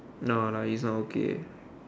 no no he's not okay